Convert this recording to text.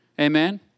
Amen